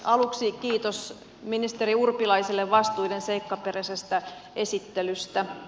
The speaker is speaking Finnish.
aluksi kiitos ministeri urpilaiselle vastuiden seikkaperäisestä esittelystä